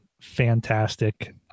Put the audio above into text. fantastic